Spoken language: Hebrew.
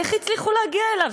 איך הצליחו להגיע אליו?